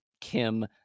Kim